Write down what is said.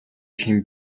хэн